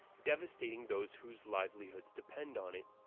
devastating those whose livelihoods depend on it.